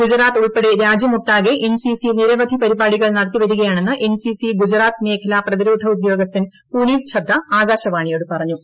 ഗുജറാത്ത് ഉൾപ്പെടെ രാജ്യമൊട്ടാകെ പ്രിൻ ്സി സി നിരവധി പരിപാടികൾ നടത്തിവരികയാണെന്ന് എൻ സി സി ഗ്രുജറാത്ത് മേഖലാ പ്രതിരോധ ഉദ്യോഗസ്ഥൻ പുനീത് ഛദ്ധ ആകാശവാണിയോട് പറഞ്ഞു